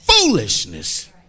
foolishness